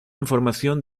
información